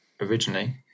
originally